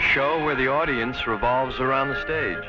a show where the audience revolves around the state